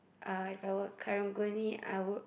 ah if I were Karang-Guni I would